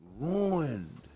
ruined